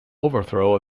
overthrow